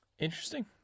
Interesting